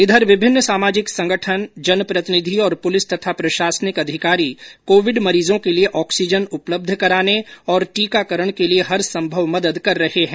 इधर विभिन्न सामाजिक संगठन जनप्रतिनिधि और पुलिस तथा प्रशासनिक अधिकारी कोविड मरीजों के लिए ऑक्सीजन उपलब्ध कराने और टीकाकरण के लिये हर संभव मदद कर रहे है